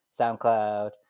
SoundCloud